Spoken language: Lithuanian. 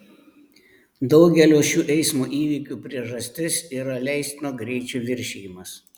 daugelio šių eismo įvykių priežastis yra leistino greičio viršijimas